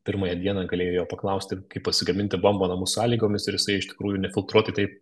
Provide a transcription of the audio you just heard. pirmąją dieną galėjai jo paklausti kaip pasigaminti bombą namų sąlygomis ir jisai iš tikrųjų nefiltruotai taip